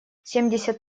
семьдесят